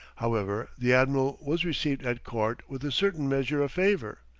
however, the admiral was received at court with a certain measure of favour,